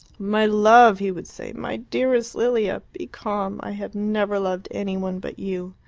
my love! he would say, my dearest lilia! be calm. i have never loved any one but you. you.